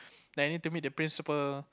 then need to meet the principal